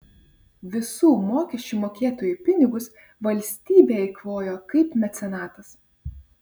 visų mokesčių mokėtojų pinigus valstybė eikvojo kaip mecenatas